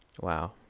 Wow